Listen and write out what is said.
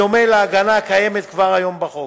בדומה להגנה הקיימת כבר היום בחוק.